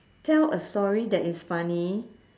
tell a story that is funny